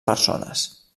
persones